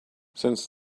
since